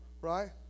Right